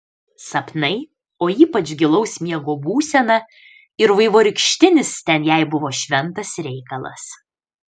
sapnai o ypač gilaus miego būsena ir vaivorykštinis ten jai buvo šventas reikalas